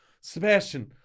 Sebastian